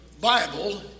bible